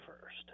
first